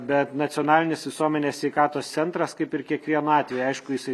bet nacionalinis visuomenės sveikatos centras kaip ir kiekvienu atveju aišku jisai